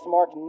Mark